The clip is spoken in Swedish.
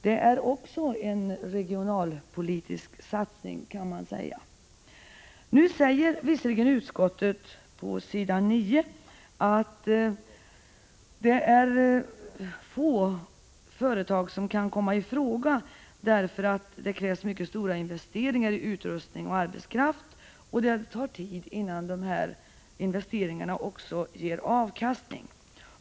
Det är också en regionalpolitisk satsning, kan man säga. Nu anför utskottet på s. 9 att det är få företag som kan komma i fråga därför att det krävs mycket stora investeringar i utrustning och arbetskraft och därför att det tar tid innan dessa investeringar ger avkastning.